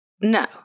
No